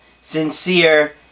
sincere